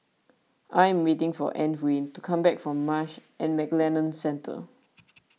I am waiting for Antwain to come back from Marsh and McLennan Centre